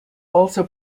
also